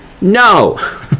no